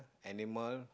animal